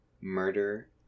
murder